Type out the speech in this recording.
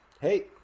Hey